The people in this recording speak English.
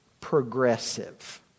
progressive